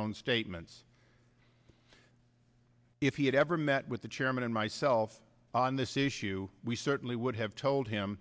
own statements if he had ever met with the chairman and myself on this issue we certainly would have told him